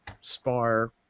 spar